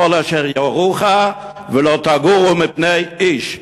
ככל אשר יורוך" ו"לא תגורו מפני איש".